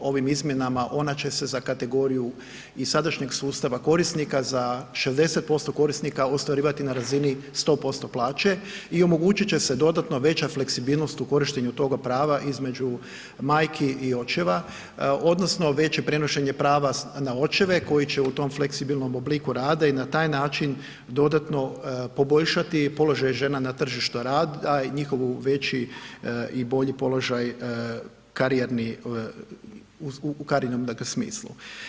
Ovim izmjenama ona će se za kategoriju i sadašnjeg sustava korisnika za 60% korisnika ostvarivati na razini 100% plaće i omogućit će se dodatno veća fleksibilnost u korištenju toga prava između majki i očeva odnosno veće prenošenje prava na očeve koji će u tom fleksibilnom obliku rada i na taj način dodatno poboljšati položaj žena na tržištu rada i njihov veći i bolji položaj karijerni, u karijernom dakle smislu.